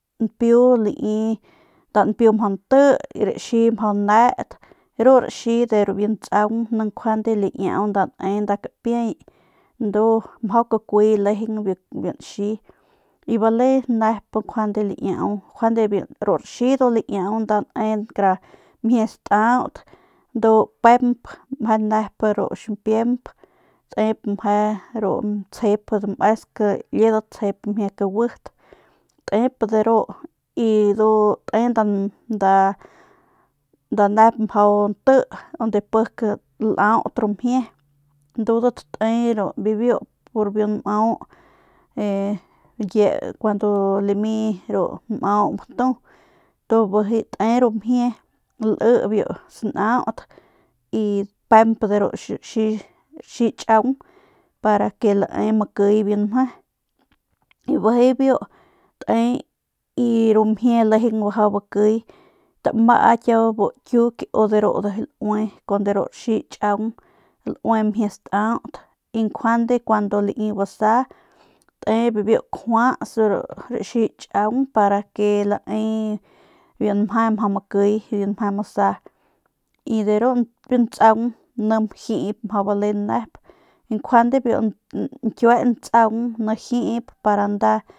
Ni lai nda npiu mjau nti y ru raxi ndu mjau net y ru raxi de biu ntsaung ni mjau nda lae kapiey ndu mjau kakuy legeng biu nxi y bale nep njuande laiau njuande ru raxi njuande laiau ne kara mjie staut ndu pemp meje nep ru ximpiemp tip meje ru tsjep damesk liedat tsjep mjie kaguit tep deru tep nda nda nep mjau nti onde pik laut ru mjie ndudat te pur bibiu pur biu nmau e cuando lami ru nmau matu tu bijiy te ru mjie ly biu sanaut y pemp ru raxi tchaung para que lae makiy biu nmje y bijiy biu te y bijiy ru mjie lejeng mjau bakiy tama kiau bu kiuyk u de ru u laui de ru raxi tchiaung laui mjie staut y njuande cuando lai basa te bijiy biu kjuast ru raxi tchaung pa ke lae biu nmje mjau makiy biu nje masa y de ru npiu ntsaung ni jiip mjau bale nep njuande biu ñkiue ntsaung ni jiip.